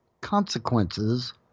consequences